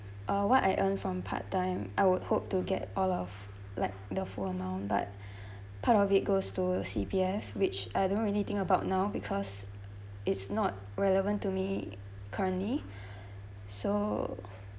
uh what I earn from part-time I would hope to get all of like the full amount but part of it goes to C_P_F which I don't really think about now because it's not relevant to me currently so